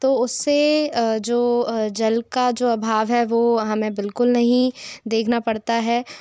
तो उससे जो जल का जो अभाव है वो हमें बिल्कुल नहीं देखना पड़ता है